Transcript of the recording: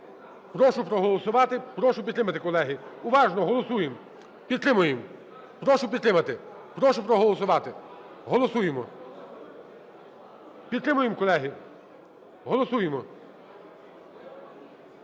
Прошу проголосувати, прошу підтримати, колеги, уважно голосуємо, підтримуємо. Прошу підтримати, прошу проголосувати. Голосуємо, підтримуємо, колеги, голосуємо,